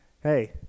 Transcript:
Hey